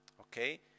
Okay